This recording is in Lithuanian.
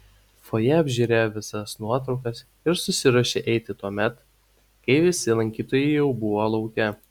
fojė apžiūrėjo visas nuotraukas ir susiruošė eiti tuomet kai visi lankytojai jau buvo lauke